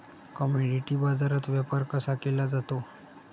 Commodity बाजारात व्यापार कसा केला जातो?